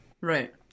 Right